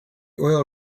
oil